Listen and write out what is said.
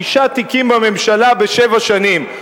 שישה תיקים בממשלה בשבע שנים,